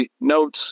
notes